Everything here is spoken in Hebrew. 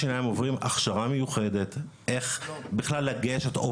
השיניים עוברים הכשרה מיוחדת איך בכלל לגשת --- לא עוברים.